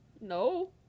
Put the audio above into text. No